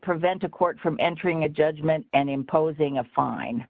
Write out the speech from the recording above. prevent a court from entering a judgment and imposing a